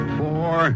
four